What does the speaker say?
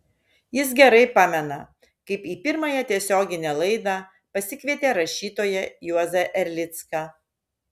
jis gerai pamena kaip į pirmąją tiesioginę laidą pasikvietė rašytoją juozą erlicką